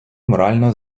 морально